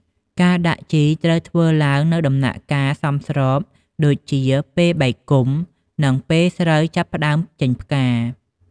ការដាក់ជីត្រូវធ្វើឡើងនៅដំណាក់កាលសមស្របដូចជា ពេលបែកគុម្ព និងពេលស្រូវចាប់ផ្ដើមចេញផ្កា។